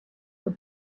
for